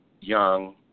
young